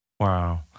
Wow